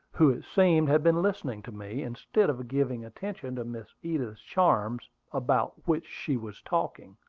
who it seemed had been listening to me, instead of giving attention to miss edith's charms, about which she was talking.